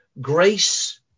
grace